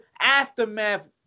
aftermath